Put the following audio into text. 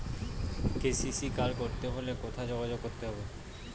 KCC card করতে হলে কোথায় যোগাযোগ করতে হবে?